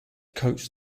coach